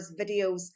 videos